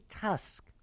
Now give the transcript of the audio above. tusk